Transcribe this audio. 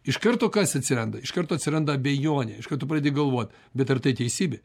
iš karto kas atsiranda iš karto atsiranda abejonė iš karto pradedi galvot bet ar tai teisybė